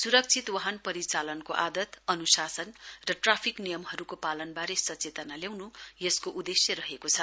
स्रक्षित वाहन परिचालनको आदत अन्शासन र ट्राफिक नियमहरूको पालनबारे सचेतना ल्याउन् यसको उद्देश्य रहेको छ